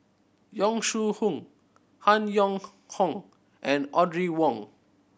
Yong Shu Hoong Han Yong Hong and Audrey Wong